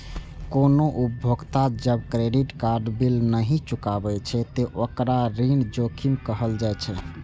कोनो उपभोक्ता जब क्रेडिट कार्ड बिल नहि चुकाबै छै, ते ओकरा ऋण जोखिम कहल जाइ छै